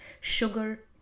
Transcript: Sugar